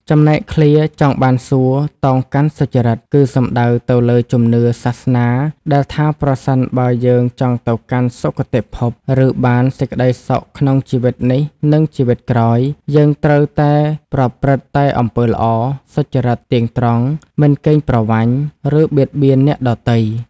ចំណែកឃ្លា ចង់បានសួគ៌ តោងកាន់សុចរិត គឺសំដៅទៅលើជំនឿសាសនាដែលថា ប្រសិនបើយើងចង់ទៅកាន់សុគតិភព ឬបានសេចក្តីសុខក្នុងជីវិតនេះនិងជីវិតក្រោយ យើងត្រូវតែប្រព្រឹត្តតែអំពើល្អ សុចរិតទៀងត្រង់ មិនកេងប្រវ័ញ្ច ឬបៀតបៀនអ្នកដទៃ។